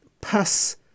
pass